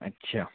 अच्छा